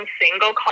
single